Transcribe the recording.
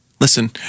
Listen